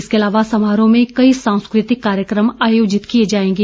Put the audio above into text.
इसके अलावा समारोह में कई सांस्कृतिक कार्यक्रम आयोजित किए जायेंगे